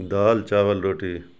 دال چاول روٹی